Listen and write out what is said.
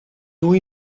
lui